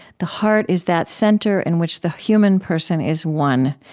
the heart is that center in which the human person is one.